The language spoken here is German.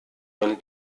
man